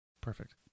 Perfect